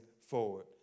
forward